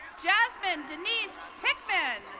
jasmine denise hickman.